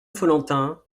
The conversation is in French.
follentin